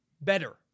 better